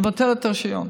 נבטל את הרישיון.